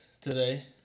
today